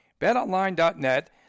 BetOnline.net